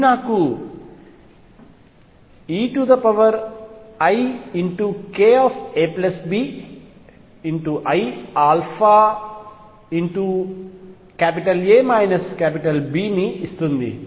ఇది నాకు eikabiα ని ఇస్తుంది